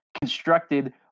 constructed